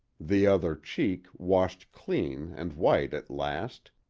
the other cheek washed clean and white at last,